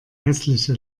hässliche